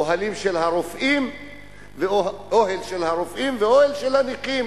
אוהל של הרופאים ואוהל של הנכים.